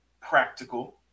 practical